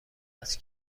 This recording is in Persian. است